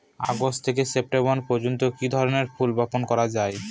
August থেকে September পর্যন্ত কি ধরনের ফুল বপন করা যায়?